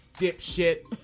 dipshit